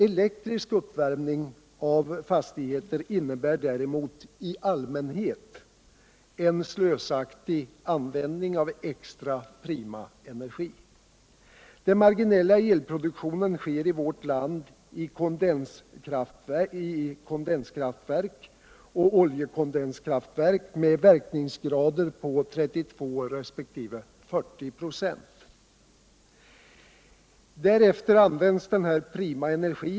Flektrisk uppvärmning av fastigheter innebär däremot i allmänhet en slösaktig användning av extra prima energi. Den marginella elproduktionen sker i vårt land i kärnkondenskraftverk och oljekondenskraftverk med verkningserader på 32 resp. 40 ",. Därefter används denna prima energi.